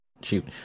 Shoot